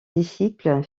disciples